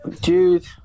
Dude